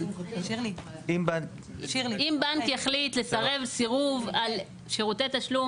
אם בנק יחליט לסרב סירוב על שירותי תשלום